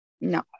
no